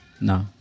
No